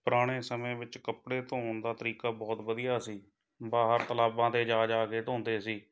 ਪੁਰਾਣੇ ਸਮੇਂ ਵਿੱਚ ਕੱਪੜੇ ਧੋਣ ਦਾ ਤਰੀਕਾ ਬਹੁਤ ਵਧੀਆ ਸੀ ਬਾਹਰ ਤਲਾਬਾਂ 'ਤੇ ਜਾ ਜਾ ਕੇ ਧੋਂਦੇ ਸੀ